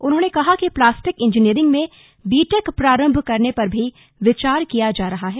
उन्होंने कहा कि प्लास्टिक इंजीनियरिंग में बीटेक प्रारम्भ करने पर भी विचार किया जा रहा है